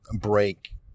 break